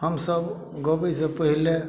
हमसब गाबै सऽ पहिले